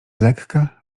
lekka